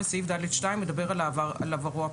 וסעיף ד(2) מדבר על עברו הפלילי.